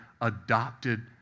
adopted